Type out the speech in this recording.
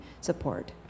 support